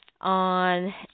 on